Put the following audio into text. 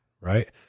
Right